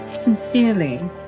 Sincerely